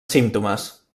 símptomes